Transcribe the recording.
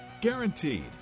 Guaranteed